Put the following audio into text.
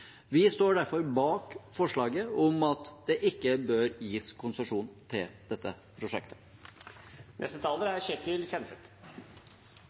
Vi står derfor bak forslaget om at det ikke bør gis konsesjon til dette prosjektet.